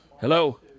Hello